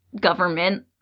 government